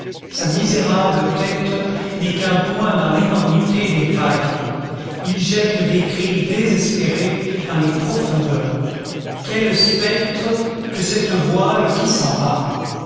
sa misérable tête n'est qu'un point dans l'énormité des vagues il jette des cris désespérés dans les profondeurs quel spectre que cette voile qui s'en va